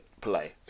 play